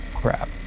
crap